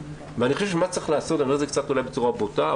אני חושב שמה שצריך לעשות אני אומר את זה קצת בצורה בוטה,